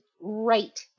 right